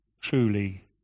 truly